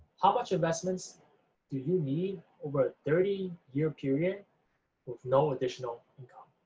how much investments do you need over a thirty year period with no additional income?